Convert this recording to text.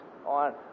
On